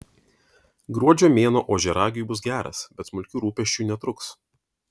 gruodžio mėnuo ožiaragiui bus geras bet smulkių rūpesčių netrūks